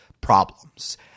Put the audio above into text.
problems